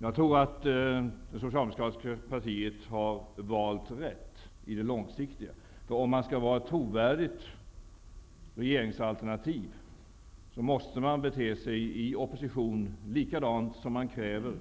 Jag tror att det socialdemokratiska partiet har valt rätt i det långsiktiga perspektivet. Om det skall vara ett trovärdigt regeringsalternativ, måste det i opposition bete sig likadant som man kräver